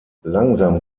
langsam